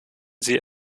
sie